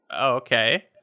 Okay